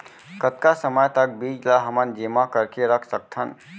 कतका समय तक बीज ला हमन जेमा करके रख सकथन?